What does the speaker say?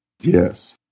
Yes